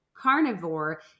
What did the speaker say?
carnivore